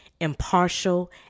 impartial